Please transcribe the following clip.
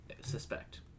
suspect